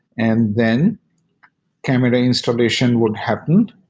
and then camera installation would happen.